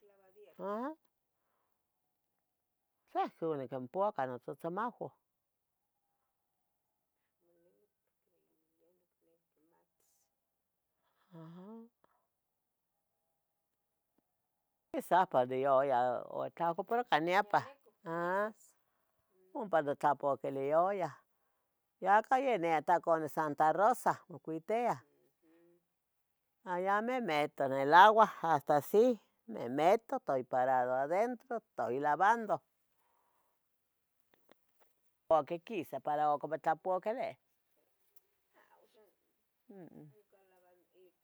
Lavadierus. Aha, sa ihcon nicompuaco notzatzamahjoh, aha Isahpa de oyah o tlahco pro can niepa. Nialehco quisas. Aha, ompa totlapukilioyah. Yacan yeh ne taco de Santa Rosa mocuitiah, Aya me meto en el agua hasta asì, me meto, estoy parado adentro, toy lavando Oc quequisa para oc motlapuquelih.